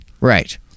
Right